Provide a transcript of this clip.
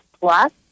plus